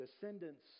descendants